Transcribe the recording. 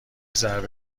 ضربه